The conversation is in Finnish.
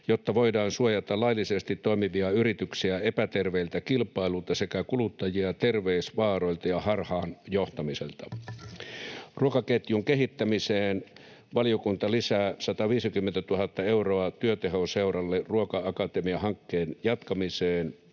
jotta voidaan suojata laillisesti toimivia yrityksiä epäterveeltä kilpailulta sekä kuluttajia terveysvaaroilta ja harhaanjohtamiselta.” Ruokaketjun kehittämiseen valiokunta lisää 150 000 euroa Työtehoseuralle Ruoka-akatemia-hankkeen jatkamiseen